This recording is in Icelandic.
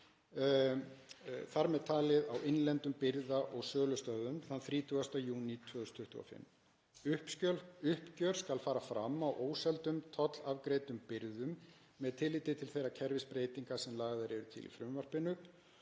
þ.m.t. á innlendum birgða- og sölustöðum þann 30. júní 2025. Uppgjör skal fara fram á óseldum tollafgreiddum birgðum með tilliti til þeirra kerfisbreytinga sem lagðar eru til í frumvarpinu